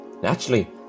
Naturally